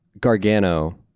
Gargano